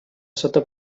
sota